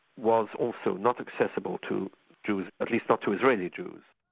was also not accessible to jews, at least not to israeli jews.